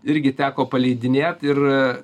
irgi teko paleidinėt ir